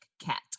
cat